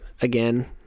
Again